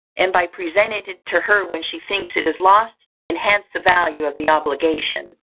and by presenting it to her when she thinks it is lost, enhance the value of the obligation.